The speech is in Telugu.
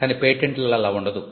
కాని పేటెంట్ లలో అలా ఉండదు